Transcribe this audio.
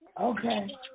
Okay